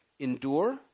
Endure